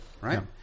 Right